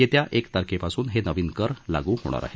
येत्या एक तारखेपासून हे नवीन कर लागू होणार आहेत